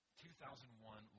2001